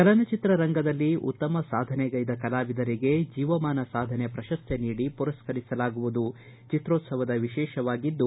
ಚಲನಚಿತ್ರ ರಂಗದಲ್ಲಿ ಉತ್ತಮ ಸಾಧನೆಗೈದ ಕಲಾವಿದರಿಗೆ ಜೀವಮಾನ ಸಾಧನೆ ಪ್ರಶಸ್ತಿ ನೀಡಿ ಪುರಸ್ಕರಿಸುವುದು ಚಿತ್ರೋತ್ಸವದ ವಿಶೇಷವಾಗಿದ್ದು